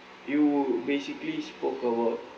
you basically spoke about